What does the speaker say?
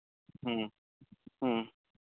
ᱦᱮᱸ ᱦᱮᱸ